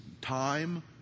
time